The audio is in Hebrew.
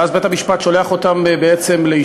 ואז בית-המשפט שולח אותם לאשפוז,